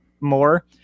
more